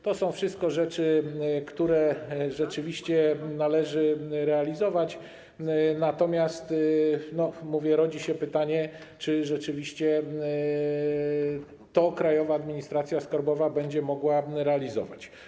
To są wszystko rzeczy, które rzeczywiście należy realizować, natomiast rodzi się pytanie, czy rzeczywiście Krajowa Administracja Skarbowa będzie mogła to realizować.